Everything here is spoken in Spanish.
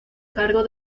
cargo